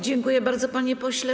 Dziękuję bardzo, panie pośle.